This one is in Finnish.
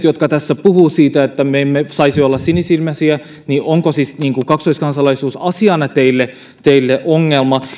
jotka puhutte siitä että me emme saisi olla sinisilmäisiä onko siis kaksoiskansalaisuus asiana teille teille ongelma